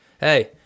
Hey